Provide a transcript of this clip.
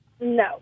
No